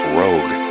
rogue